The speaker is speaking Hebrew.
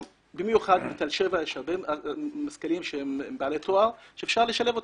ובמיוחד בתל שבע יש הרבה משכילים שהם בעלי תואר שאפשר לשלב אותם.